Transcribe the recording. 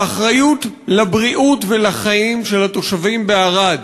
האחריות לבריאות ולחיים של התושבים בערד,